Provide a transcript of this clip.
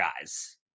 guys